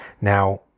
Now